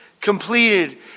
completed